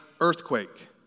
earthquake